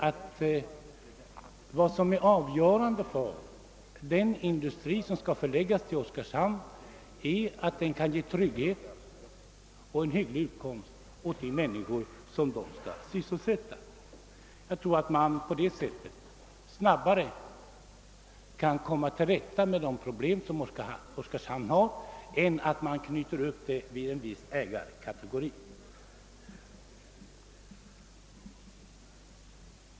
Avgörande för den industri som skall förläggas dit är att den kan ge trygghet och en hygglig utkomst åt de människor som den skall sysselsätta. Då kommer man snabbare till rätta med problemen i Oskarshamn än om man knyter lokaliseringen till en viss ägarekategori.